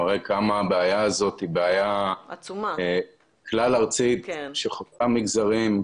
מראה כמה הבעיה הזאת היא בעיה כלל ארצית שחוצה מגזרים,